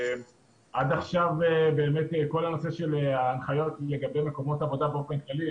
עד עכשיו באמת כל הנושא של ההנחיות לגבי מקומות עבודה באופן כללי,